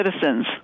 citizens